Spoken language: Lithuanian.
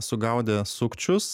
sugaudė sukčius